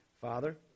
Father